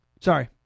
Sorry